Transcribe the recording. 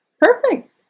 Perfect